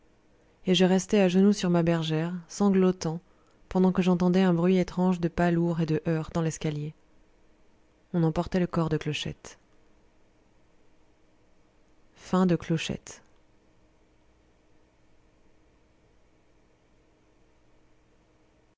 et je restai à genoux sur ma bergère sanglotant pendant que j'entendais un bruit étrange de pas lourds et de heurts dans l'escalier on emportait le corps de clochette